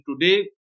today